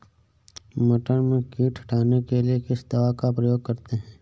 मटर में कीट हटाने के लिए किस दवा का प्रयोग करते हैं?